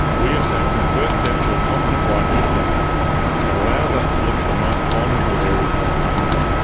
we have taken the first step to a continent-wide heat flow map that allows us to look at the most vulnerable areas areas of antarctica,